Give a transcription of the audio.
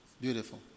Beautiful